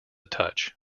touch